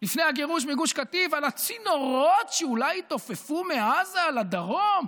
לפני הגירוש מגוש קטיף על הצינורות שאולי יתעופפו מעזה על הדרום?